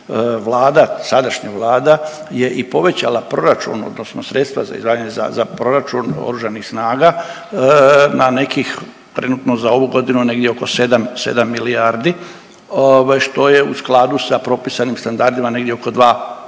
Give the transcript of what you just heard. Vlada, sadašnja Vlada je i povećala proračun odnosno sredstva za izdvajanje za proračun Oružanih snaga na nekih trenutno sa ovu godinu negdje oko 7 milijardi, što je u skladu sa propisanim standardima negdje oko 2% BDP-a.